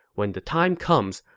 when the time comes,